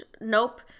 Nope